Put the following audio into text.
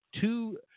Two